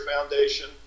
Foundation